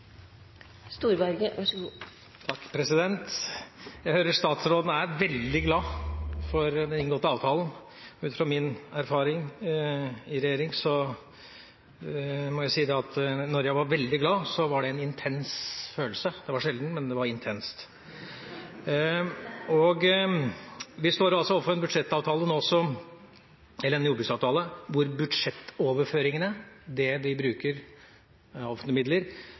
veldig glad for den inngåtte avtalen. Men ut fra min erfaring i regjering må jeg si at da jeg var veldig glad, var det en intens følelse. Det var sjelden, men det var intenst. Vi står altså overfor en jordbruksavtale hvor budsjettoverføringene, det vi bruker av offentlige midler, faktisk øker – sjøl om noen av oss mener at det ikke øker nok. Målprisene øker, sjøl om vi